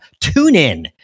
TuneIn